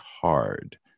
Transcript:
hard